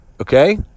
okay